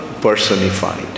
personified